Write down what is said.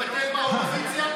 ומתבטל באופוזיציה?